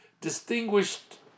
distinguished